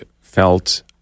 felt